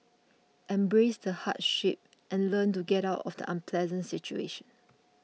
embrace the hardship and learn to get out of the unpleasant situation